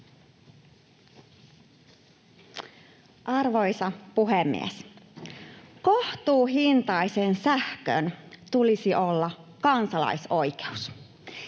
Arvoisa puhemies! Kohtuuhintaisen sähkön tulisi olla kansalaisoikeus.